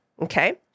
Okay